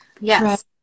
Yes